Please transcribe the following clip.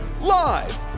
Live